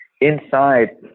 inside